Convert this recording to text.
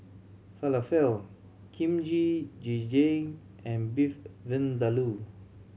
Falafel Kimchi Jjigae and Beef Vindaloo